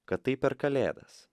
kad taip per kalėdas